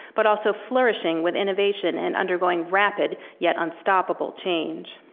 but also flourishing with innovation and undergoing rapid yet unstoppable change.